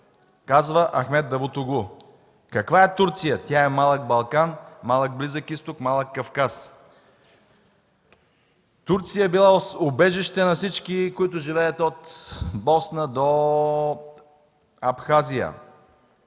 казва Амхед Давутоглу. „Каква е Турция? Тя е малък Балкан, малък Близък Изток, малък Кавказ.” Турция била убежище на всички, които живеят от Босна до Абхазия.